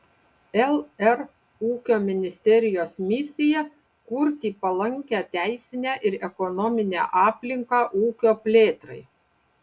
lr ūkio ministerijos misija kurti palankią teisinę ir ekonominę aplinką ūkio plėtrai